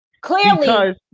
Clearly